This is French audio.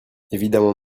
évidemment